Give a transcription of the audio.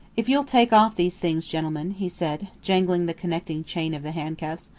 if you'll take off these things, gentlemen, he said, jangling the connecting chain of the handcuffs,